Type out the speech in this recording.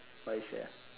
why sia